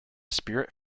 spirit